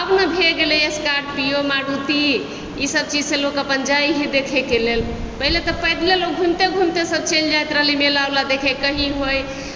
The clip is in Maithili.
अब ने भरि गेलै हँ स्कॉर्पीओ मारुति ई सब चीजसँ लोक अपन जाइ है देखैके लेल पहिने तऽ पैदले लोक घूमिते घूमिते सब चलि जाइत रहलै मेला उला देखै के लिय कहीं होइ